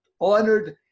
honored